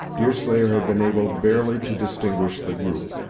deerslayer had been able barely to distinguish the group,